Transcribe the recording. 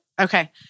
Okay